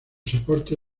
soporte